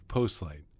Postlight